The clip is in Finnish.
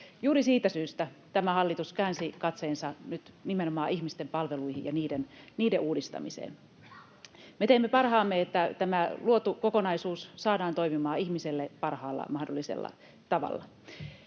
Juuri siitä syystä tämä hallitus käänsi katseensa nyt nimenomaan ihmisten palveluihin ja niiden uudistamiseen. Me teemme parhaamme, että tämä luotu kokonaisuus saadaan toimimaan ihmiselle parhaalla mahdollisella tavalla.